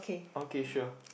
okay sure